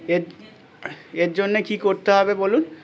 এর এর জন্যে কী করতে হবে বলুন